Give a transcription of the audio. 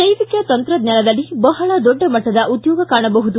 ಜೈವಿಕ ತಂತ್ರಜ್ಞಾನದಲ್ಲಿ ಬಹಳ ದೊಡ್ಡಮಟ್ಟದ ಉದ್ಯೋಗ ಕಾಣಬಹುದು